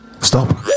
Stop